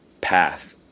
path